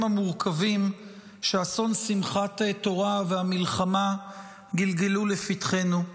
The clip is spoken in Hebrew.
המורכבים שאסון שמחת תורה והמלחמה גלגלו לפתחנו.